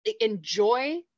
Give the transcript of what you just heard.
enjoy